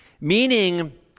meaning